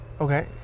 Okay